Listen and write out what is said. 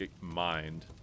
mind